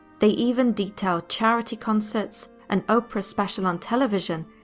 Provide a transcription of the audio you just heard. they even detail charity concerts, an oprah special on television,